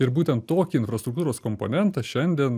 ir būtent tokį infrastruktūros komponentą šiandien